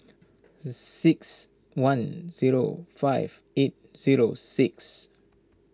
six one zero five eight zero six